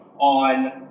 on